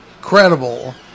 credible